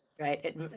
right